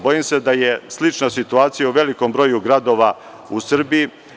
Bojim se da je slična situacija u velikom broju gradova u Srbiji.